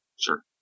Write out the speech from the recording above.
Sure